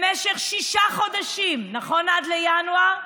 במשך שישה חודשים, עד לינואר,